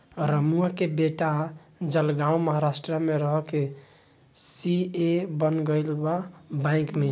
रमुआ के बेटा जलगांव महाराष्ट्र में रह के सी.ए बन गईल बा बैंक में